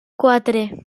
quatre